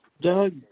Doug